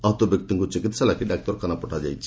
ଆହତ ବ୍ୟକ୍ତିଙ୍କୁ ଚିକିତ୍ସା ଲାଗି ଡାକ୍ତରଖାନା ପଠାଯାଇଛି